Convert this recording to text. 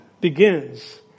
begins